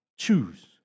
Choose